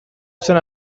zen